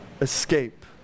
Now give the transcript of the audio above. escape